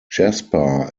jasper